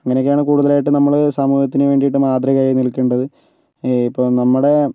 അങ്ങനെയൊക്കെയാണ് കൂടുതലായിട്ടും നമ്മൾ സമൂഹത്തിനു വേണ്ടിയിട്ട് മാതൃകയായി നിൽക്കേണ്ടത് ഇപ്പോൾ നമ്മുടെ